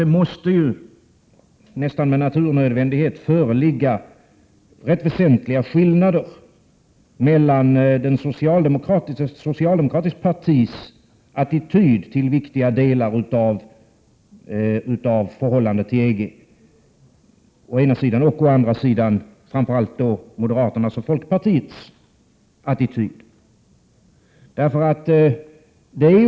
Det måste trots allt, nästan med naturnödvändighet, föreligga rätt väsentliga skillnader mellan å ena sidan ett socialdemokratiskt partis attityd till viktiga delar av förhållandet till EG och å andra sidan framför allt moderaternas och folkpartiets attityd.